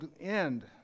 end